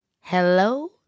Hello